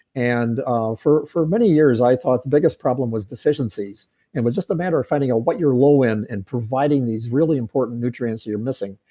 and ah for for many years i thought the biggest problem was deficiencies. and it was just a matter of finding out what you're low in, and providing these really important nutrients that you're missing.